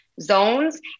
zones